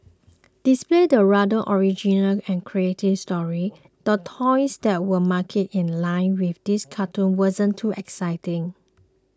despite the rather original and creative story the toys that were marketed in line with this cartoon wasn't too exciting